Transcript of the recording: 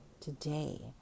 today